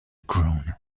groan